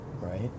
right